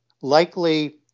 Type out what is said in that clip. likely